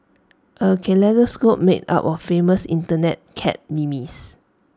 A kaleidoscope made up of famous Internet cat memes